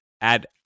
add